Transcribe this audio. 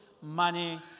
money